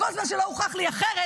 כל זמן שלא הוכח לי אחרת,